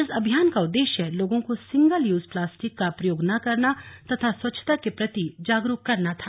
इस अभियान का उद्देश्य लोगों को सिंगल यूज प्लास्टिक का प्रयोग न करना तथा स्वच्छता के प्रति जागरूक करना था